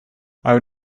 would